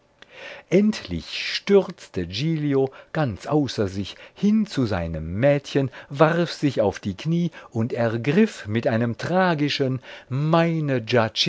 endlich stürzte giglio ganz außer sich hin zu seinem mädchen warf sich auf die knie und ergriff mit einem tragischen meine